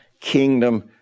kingdom